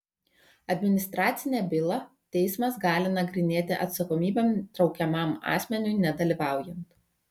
administracinę bylą teismas gali nagrinėti atsakomybėn traukiamam asmeniui nedalyvaujant